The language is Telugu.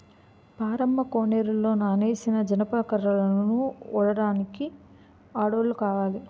పారమ్మ కోనేరులో నానేసిన జనప కర్రలను ఒలడానికి ఆడోల్లు కావాల